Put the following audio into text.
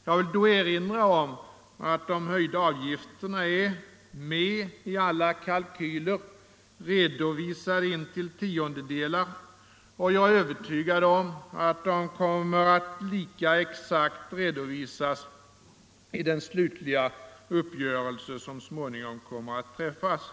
Jag vill då erinra om att de höjda avgifterna är med i alla kalkyler, redovisade intill tiondelar, och jag är övertygad om att de kommer att lika exakt redovisas i den slutliga uppgörelse som så småningom kommer att träffas.